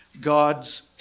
God's